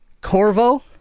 Corvo